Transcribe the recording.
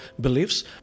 beliefs